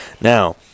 Now